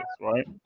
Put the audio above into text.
right